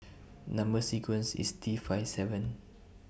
Number sequence IS T five seven